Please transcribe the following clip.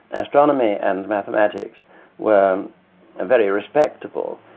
astronomy and mathematics were very respectable.